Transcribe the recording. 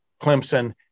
Clemson